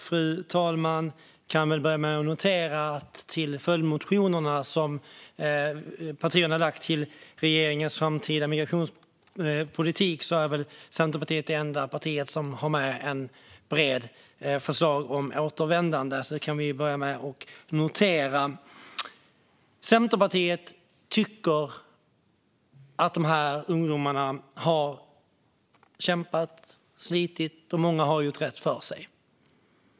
Fru talman! Jag kan väl börja med att notera att i de följdmotioner som partierna har lagt fram med anledning av regeringens framtida migrationspolitik är Centerpartiet det enda parti som har med ett brett förslag om återvändande. Centerpartiet tycker att dessa ungdomar har kämpat och slitit, och många har gjort rätt för sig.